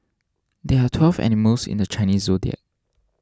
there are twelve animals in the Chinese zodiac